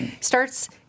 starts